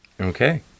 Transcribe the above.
Okay